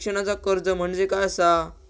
शिक्षणाचा कर्ज म्हणजे काय असा?